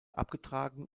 abgetragen